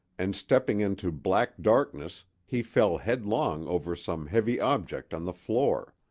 and stepping into black darkness he fell headlong over some heavy object on the floor.